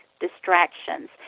distractions